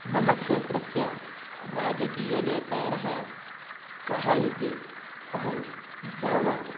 मम क्षेत्रस्य राजकीयनेतार क इति अहं जानामि